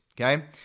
Okay